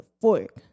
fork